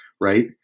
right